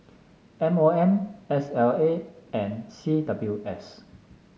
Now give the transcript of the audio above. M O M S L A and C W S